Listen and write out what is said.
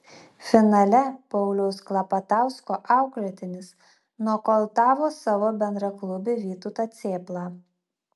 finale pauliaus klapatausko auklėtinis nokautavo savo bendraklubį vytautą cėplą